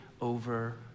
over